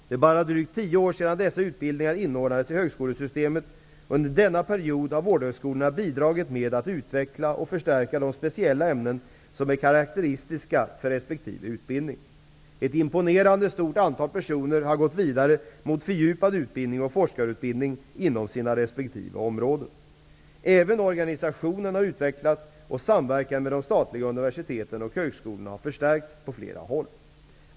Det är bara drygt tio år sedan dessa utbildningar inordnades i högskolesystemet. Under denna period har vårdhögskolorna bidragit med att utveckla och förstärka de speciella ämnen som är karakteristiska för resp. utbildning. Ett imponerande stort antal personer har gått vidare mot fördjupad utbildning och forskarutbildning inom sina resp. områden. Även organisationen har utvecklats och samverkan med de statliga universiteten och högskolorna har stärkts på flera håll.